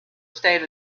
state